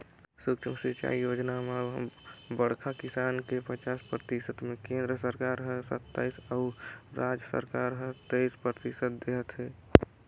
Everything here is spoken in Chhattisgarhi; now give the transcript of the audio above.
सुक्ष्म सिंचई योजना म बड़खा किसान के पचास परतिसत मे केन्द्र सरकार हर सत्तइस अउ राज सरकार हर तेइस परतिसत देहत है